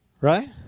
Right